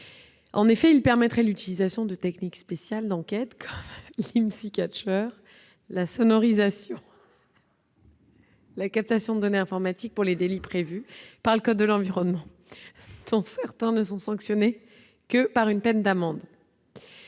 son adoption permettrait l'utilisation de techniques spéciales d'enquête comme les, la sonorisation ou la captation de données informatiques pour les délits prévus par le code de l'environnement, dont certains ne sont sanctionnés que par une peine d'amende.